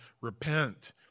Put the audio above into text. Repent